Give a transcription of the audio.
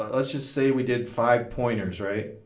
let's just say we did five pointers, right?